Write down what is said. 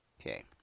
okay